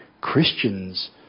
Christians